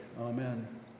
Amen